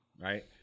right